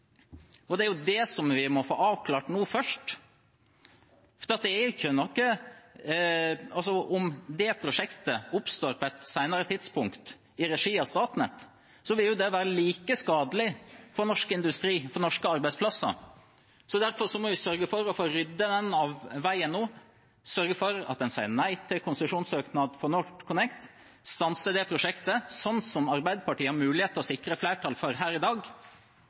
Det er jo det vi må få avklart nå først. Om det prosjektet oppstår på et senere tidspunkt i regi av Statnett, vil det være like skadelig for norsk industri og for norske arbeidsplasser. Derfor må vi sørge for å få ryddet det av veien nå, sørge for at man sier nei til konsesjonssøknad for NorthConnect – stanse det prosjektet, sånn som Arbeiderpartiet har mulighet til å sikre flertall for her i dag.